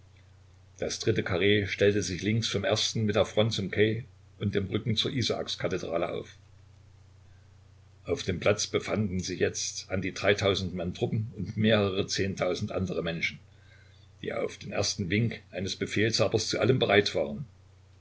das dritte karree stellte sich links vom ersten mit der front zum quai und dem rücken zur isaakskathedrale auf auf dem platz befanden sich jetzt an die dreitausend mann truppen und mehrere zehntausend anderer menschen die auf den ersten wink eines befehlshabers zu allem bereit waren